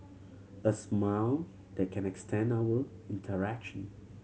a smile they can extent our interaction